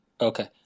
Okay